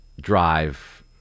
drive